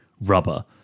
rubber